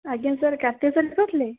ଆଜ୍ଞା sir Kartik sir କହୁଥିଲେ